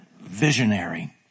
visionary